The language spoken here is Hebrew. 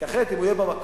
כי אם הוא יהיה במקום,